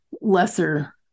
lesser